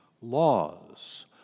laws